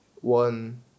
one